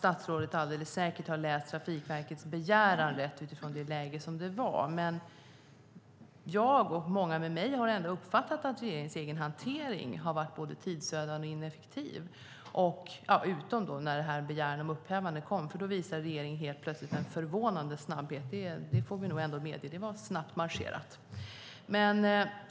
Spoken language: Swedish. Statsrådet har alldeles säkert läst Trafikverkets begäran utifrån det läge som då var, men jag och många med mig har uppfattat att regeringens egen hantering varit både tidsödande och ineffektiv - utom när begäran om upphävande kom. Då visade regeringen plötsligt en förvånansvärd snabbhet, det får vi medge. Det var snabbt marscherat.